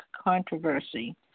controversy